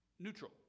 neutral